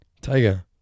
Tiger